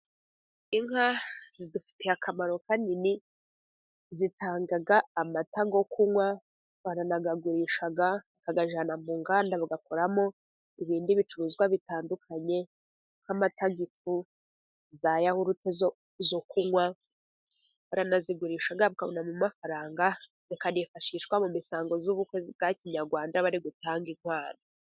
Inka zidufitiye akamaro kanini, zitanga amata yo kunywa, baranayagurisha, bayajyana mu nganda bagakoramo ibindi bicuruzwa bitandukanye, nk'amata y'ifu, za yawurute zo kunywa. Baranazigurisha bakabonamo amafaranga, zikanifashishwa mu misango y'ubukwe bwa kinyarwanda bari butanga inkwano.